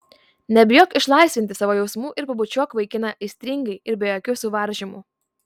nebijok išlaisvinti savo jausmų ir pabučiuok vaikiną aistringai ir be jokių suvaržymų